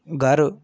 घर